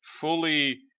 fully